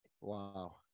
Wow